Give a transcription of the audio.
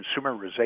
consumerization